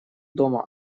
дома